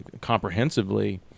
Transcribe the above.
comprehensively